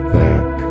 back